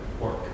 work